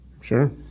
sure